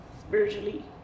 spiritually